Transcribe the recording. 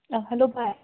hello ꯚꯥꯏ